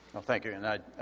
well, thank you and i,